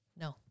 No